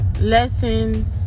lessons